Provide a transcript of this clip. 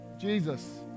Jesus